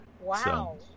wow